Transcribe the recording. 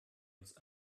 uns